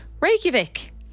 Reykjavik